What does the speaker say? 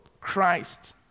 Christ